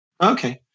okay